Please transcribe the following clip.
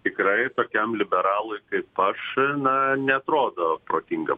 tikrai tokiam liberalui kaip aš na neatrodo protinga